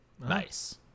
Nice